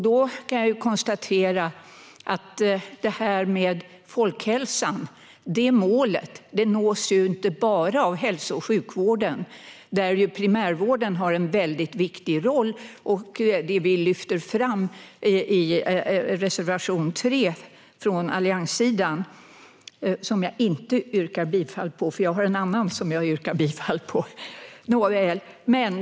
Då kan jag konstatera att målet folkhälsa inte nås bara av hälso och sjukvården, där ju primärvården har en väldigt viktig roll som vi från allianssidan lyfter fram i reservation 3.